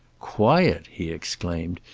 quiet! he exclaimed.